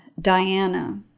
Diana